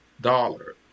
Dollar